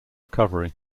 recovery